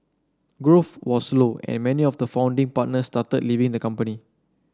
growth was slow and many of the founding partners started leaving the company